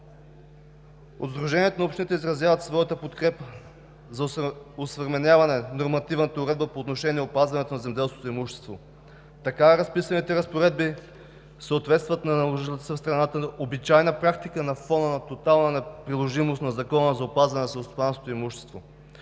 От Сдружението на общините изразяват своята подкрепа за осъвременяване на нормативната уредба по отношение опазване на земеделското имущество. Така разписаните разпоредби съответстват на наложилата се в страната обичайна практика на фона на тоталната неприложимост на Закона за опазване на селскостопанското имущество,